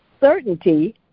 Certainty